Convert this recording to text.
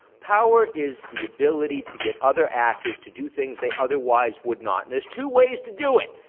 power is the ability to get other actors to do things they otherwise would not. and there's two ways to do it.